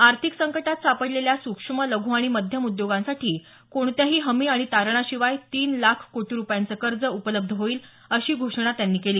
आर्थिक संकटात सापडलेल्या सुक्ष्म लघू आणि मध्यम उद्योगांसाठी कोणत्याही हमी आणि तारणाशिवाय तीन लाख कोटी रुपयांचं कर्ज उपलब्ध होईल अशी घोषणा त्यांनी केली